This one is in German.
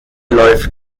läuft